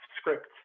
script